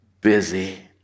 busy